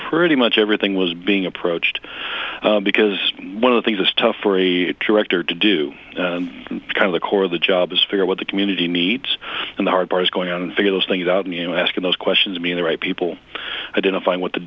pretty much everything was being approached because one of the things is tough for a director to do kind of the core of the job is figure what the community needs and the hard part is going on and figure those things out and you know asking those questions be in the right people identifying what to